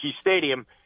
Stadium